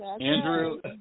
Andrew